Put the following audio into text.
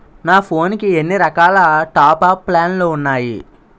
నా ఫోన్ కి ఎన్ని రకాల టాప్ అప్ ప్లాన్లు ఉన్నాయి?